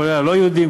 כולל הלא-יהודים,